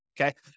okay